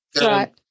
Right